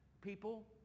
people